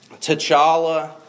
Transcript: T'Challa